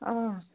آ